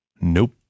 Nope